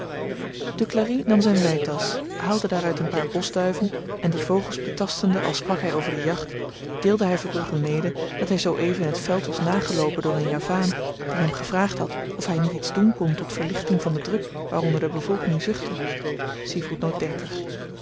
duclari nam zyn weitasch haalde daaruit een paar boschduiven en die vogels betastende als sprak hy over de jacht deelde hy verbrugge mede dat hy zoo-even in t veld was nageloopen door een javaan die hem gevraagd had of hy niet iets doen kon tot verligting van den druk waaronder de bevolking